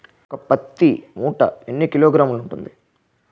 ఒక పత్తి మూట ఎన్ని కిలోగ్రాములు ఉంటుంది?